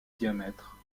diamètre